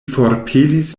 forpelis